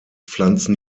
pflanzen